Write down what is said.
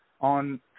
on